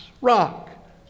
rock